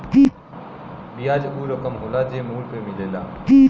बियाज ऊ रकम होला जे मूल पे मिलेला